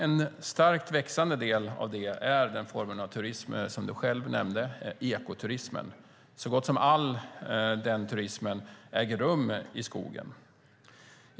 En starkt växande del är den form av turism som Anita Brodén själv nämnde, ekoturismen. Så gott som all den turismen äger rum i skogen.